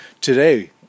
Today